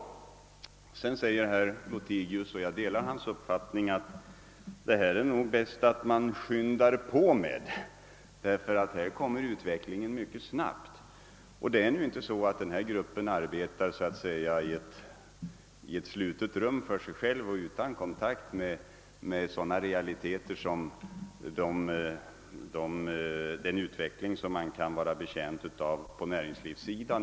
Vidare säger herr Lothigius — och jag delar hans uppfattning därvidlag — att det nog är bäst att man skyndar sig att lösa dessa frågor, eftersom utvecklingen går mycket snabbt i detta avseende. Jag vill därför framhålla att ifrågavarande arbetsgrupp inte sitter i ett slutet rum och utan kontakt med sådana realiteter som den utveckling, som sker inom näringslivet.